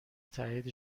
تایید